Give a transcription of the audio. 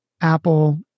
Apple